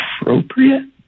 appropriate